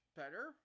better